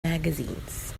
magazines